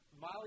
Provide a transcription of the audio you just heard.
Molly